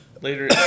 Later